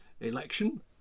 election